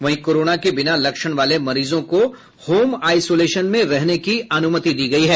वहीं कोरोना के बिना लक्षण वाले मरीजों को होम आइसोलेशन में रहने की अनुमति दी गयी है